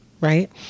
right